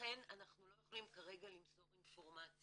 ולכן אנחנו לא יכולים כרגע למסור אינפורמציה.